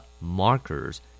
Markers